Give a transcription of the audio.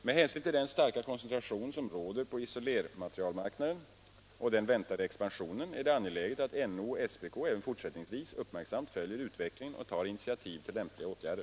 Med hänsyn till den starka koncentration som råder på isolermaterialmarknaden och den väntade expansionen är det angeläget att NO och SPK även fortsättningsvis uppmärksamt följer utvecklingen och tar initiativ till lämpliga åtgärder.